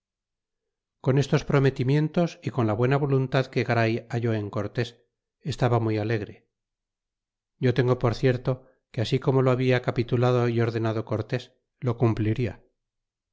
con estos prometimientos y con la buena voluntad que garay halló en cortés estaba muy alegre yo tengo por cierto que así como lo habia capitulado y ordenado cortés lo cumpliria